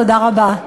תודה רבה.